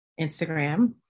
Instagram